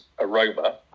aroma